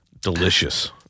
delicious